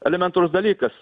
elementarus dalykas